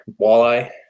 walleye